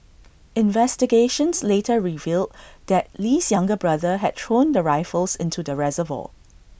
investigations later revealed that Lee's younger brother had thrown the rifles into the reservoir